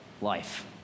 life